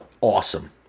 awesome